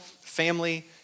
family